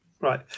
Right